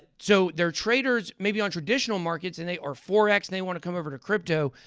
so, they're traders maybe on traditional markets, and they are forex. they want to come over to crypto,